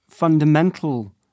fundamental